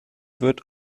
wird